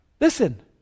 Listen